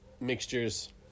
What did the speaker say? mixtures